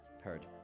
Heard